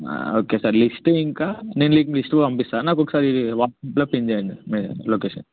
okay sir list ఇంకా నేను మీకు లిస్ట్ పంపిస్తా నాకొకసారి వాట్సాప్లో పిన్ చేయండి మీ లొకేషన్